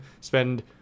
spend